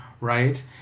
right